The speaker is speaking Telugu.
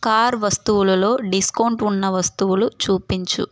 కార్ వస్తువులలో డిస్కౌంట్ ఉన్న వస్తువులు చూపించు